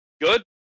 Good